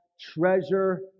Treasure